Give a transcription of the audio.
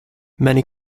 many